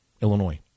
Illinois